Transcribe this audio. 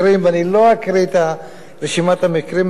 אני לא אקריא את רשימת המקרים האלה.